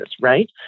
right